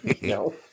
No